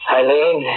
Eileen